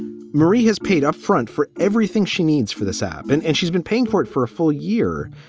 marie has paid upfront for everything she needs for this app and and she's been paying for it for a full year.